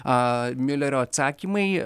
a miulerio atsakymai